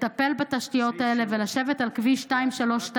ולטפל בתשתיות האלה ולשבת על כביש 232,